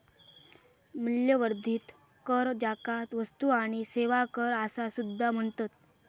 मूल्यवर्धित कर, ज्याका वस्तू आणि सेवा कर असा सुद्धा म्हणतत